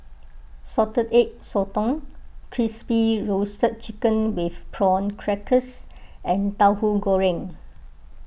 Salted Egg Sotong Crispy Roasted Chicken with Prawn Crackers and Tauhu Goreng